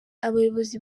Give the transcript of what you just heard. abayobozi